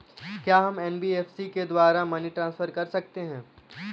क्या हम एन.बी.एफ.सी के द्वारा मनी ट्रांसफर कर सकते हैं?